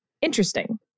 interesting